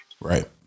Right